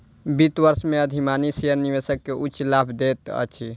वित्त वर्ष में अधिमानी शेयर निवेशक के उच्च लाभ दैत अछि